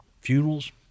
funerals